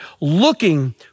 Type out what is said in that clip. looking